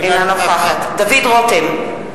אינה נוכחת דוד רותם,